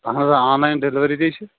اَہن حظ online تہِ ضروٗری تےَ چھُ